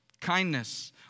Kindness